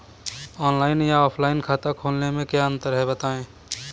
Online या offline खाता खोलने में क्या अंतर है बताएँ?